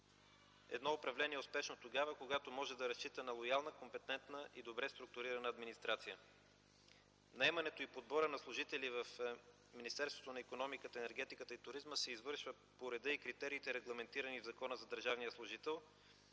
Едно управление е успешно тогава, когато може да разчита на лоялна, компетентна и добре структурирана администрация. Наемането и подбора на служители в Министерството на икономиката, енергетиката и туризма се извършва по реда и критериите, регламентирани в Закона за държавния служител,